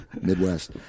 Midwest